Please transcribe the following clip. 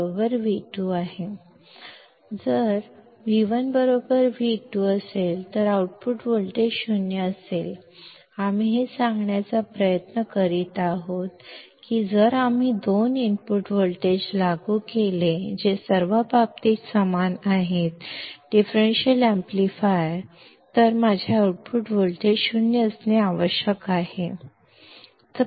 कारण V1 V2 output voltage 0 असेल आम्ही हेच सांगण्याचा प्रयत्न करीत आहोत की जर आम्ही दोन इनपुट व्होल्टेज लागू केले जे सर्व बाबतीत समान आहेत डिफरेंशियल एम्पलीफायर तर माझे आउटपुट व्होल्टेज 0 असणे आवश्यक आहे